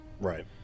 Right